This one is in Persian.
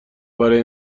برای